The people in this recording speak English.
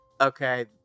okay